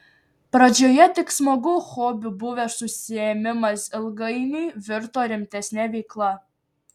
pradžioje tik smagiu hobiu buvęs užsiėmimas ilgainiui virto rimtesne veikla